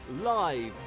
Live